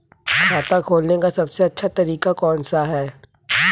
खाता खोलने का सबसे अच्छा तरीका कौन सा है?